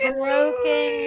broken